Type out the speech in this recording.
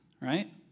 right